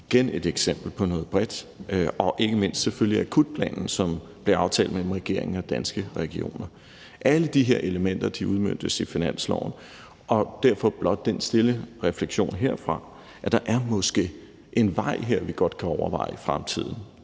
det et eksempel på noget bredt. Ikke mindst drejer det sig også om akutplanen, som blev aftalt mellem regeringen og Danske Regioner. Alle de her elementer udmøntes i finansloven, og derfor skal jeg blot komme med den stille refleksion herfra, at der måske er en vej her, vi godt kan overveje i fremtiden,